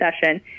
session